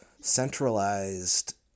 centralized